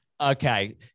Okay